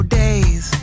days